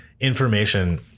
information